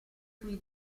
sui